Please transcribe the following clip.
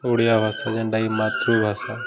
ଓଡ଼ିଆ ଭାଷା ଜେନ୍ଟାକି ମାତୃଭାଷା